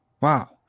Wow